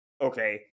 okay